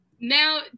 Now